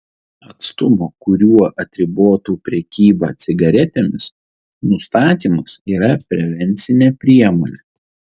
atstumo kuriuo atribotų prekybą cigaretėmis nustatymas yra prevencinė priemonė